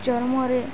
ଚର୍ମରେ